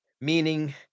meaning